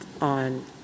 on